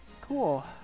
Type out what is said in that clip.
cool